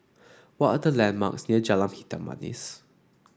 what are the landmarks near Jalan Hitam Manis